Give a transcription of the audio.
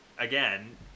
Again